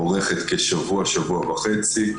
אורכת כשבוע-שבוע וחצי.